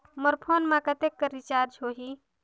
मोर phone मा कतेक कर रिचार्ज हो ही?